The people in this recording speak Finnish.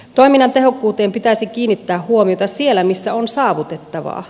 toiminnan tehokkuuteen pitäisi kiinnittää huomiota siellä missä on saavutettavaa